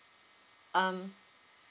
um